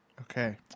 Okay